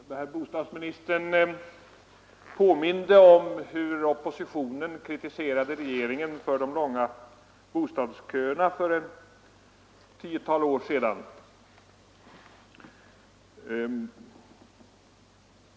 Fru talman! Herr bostadsministern påminde om hur oppositionen kritiserade regeringen för de långa bostadsköerna för ett tiotal år sedan.